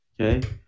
Okay